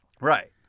right